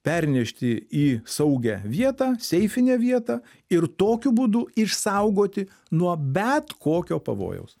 pernešti į saugią vietą seifinę vietą ir tokiu būdu išsaugoti nuo bet kokio pavojaus